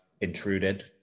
intruded